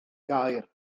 gair